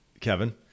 Kevin